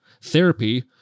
therapy